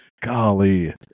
Golly